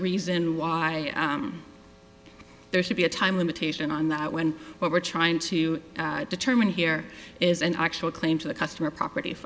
reason why there should be a time limitation on that when what we're trying to determine here is an actual claim to the customer property